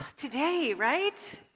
today, right?